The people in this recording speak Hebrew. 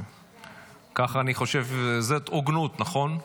כך אני חושב, זאת הוגנות, נכון?